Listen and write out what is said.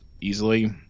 easily